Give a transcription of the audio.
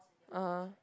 (uh huh)